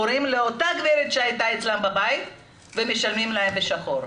קוראים לאותה הגברת שהייתה אצלם בבית ומשלמים לה בשחור.